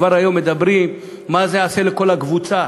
כבר היום מדברים מה זה יעשה לכל הקבוצה